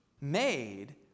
made